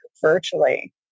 virtually